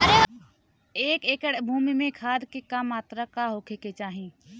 एक एकड़ भूमि में खाद के का मात्रा का होखे के चाही?